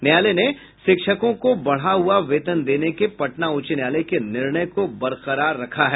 न्यायालय ने शिक्षकों को बढ़े हुये वेतन देने के पटना उच्च न्यायालय के निर्णय को बरकरार रखा है